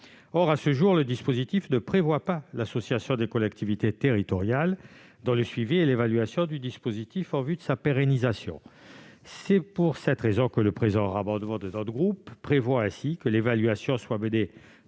Or, à ce jour, le dispositif ne prévoit pas l'association des collectivités territoriales dans le suivi et l'évaluation du dispositif en vue de sa pérennisation. C'est la raison pour laquelle le présent amendement a pour objet que l'évaluation soit menée